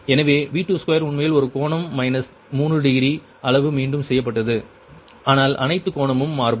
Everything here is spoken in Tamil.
எனவே V22 உண்மையில் ஒரு கோணம் மைனஸ் 3 டிகிரி அளவு மீண்டும் செய்யப்பட்டது ஆனால் அனைத்து கோணமும் மாறுபடும்